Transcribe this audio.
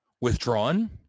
withdrawn